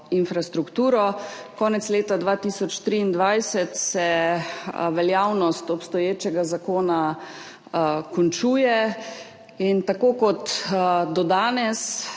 infrastrukturo. Konec leta 2023 se veljavnost obstoječega zakona končuje in tako kot danes,